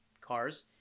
cars